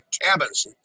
cabin's